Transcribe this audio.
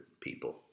people